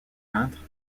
peintre